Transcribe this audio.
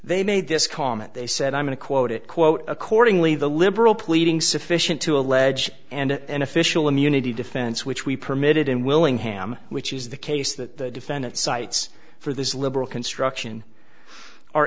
they made this comment they said i'm going to quote it quote accordingly the liberal pleading sufficient to allege and an official immunity defense which we permitted and willingham which is the case that the defendant cites for this liberal construction